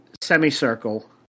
semicircle